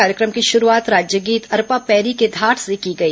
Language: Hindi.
कार्यक्रम की शुरूआत राज्यगीत अरपा पैरी के धार से की गई